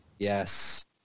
Yes